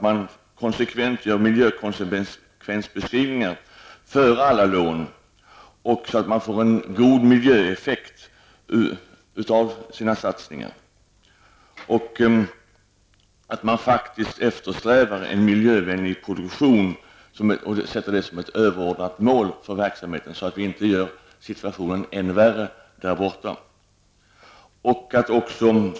Miljökonsekvensutredningar skall göras genomgående före alla lån, så att man får en god miljöeffekt av sina satsningar. Man skall sätta en miljövänlig produktion som ett överordnat mål för verksamheten, så att situationen inte blir ännu värre.